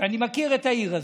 ואני מכיר את העיר הזאת,